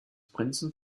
prinzen